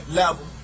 level